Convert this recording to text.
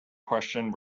question